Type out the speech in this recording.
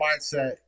mindset